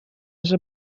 вже